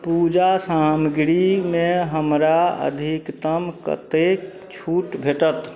पूजा सामग्रीमे हमरा अधिकतम कतेक छूट भेटत